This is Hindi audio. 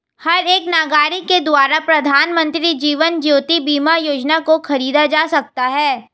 हर एक नागरिक के द्वारा प्रधानमन्त्री जीवन ज्योति बीमा योजना को खरीदा जा सकता है